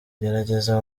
gerageza